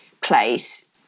place